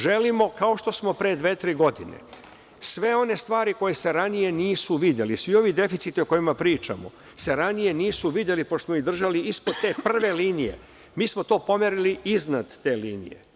Želimo, kao što smo pre dve, tri godine sve one stvari koje se ranije nisu videli i svi oni deficiti o kojima pričamo se ranije nisu videli, pošto smo ih držali ispod te prve linije, mi smo to pomerili iznad te linije.